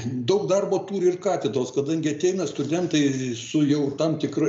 daug darbo turi ir katedros kadangi ateina studentai su jau tam tikra